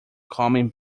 coming